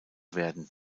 werden